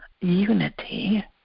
unity